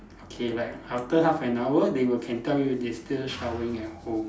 okay like after half an hour they will can tell you they still showering at home